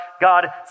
God